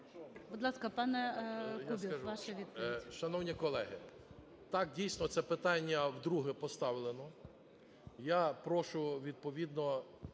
Будь ласка, пане Кубів, ваша відповідь.